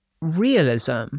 realism